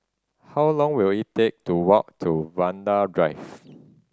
how long will it take to walk to Vanda Drive